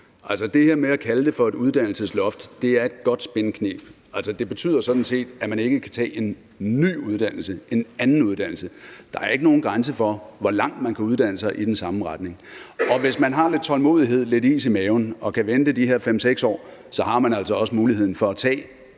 Det her med at kalde det et uddannelsesloft er et godt spinkneb, for det betyder sådan set, at man ikke kan tage en ny uddannelse, en anden uddannelse. Der er ikke nogen grænse for, hvor langt man kan uddanne sig i den samme retning. Og hvis man har lidt tålmodighed, lidt is i maven og kan vente de her 5-6 år, så har man altså også muligheden for at tage